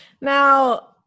Now